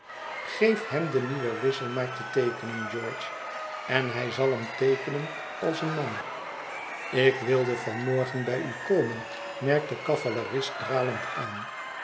geef hem den nieuwen wissel maar te teekénen george en hij zal hem teekenen als een man ik wilde van morgen bij u komen merkt de cavalerist dralend aan